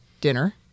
dinner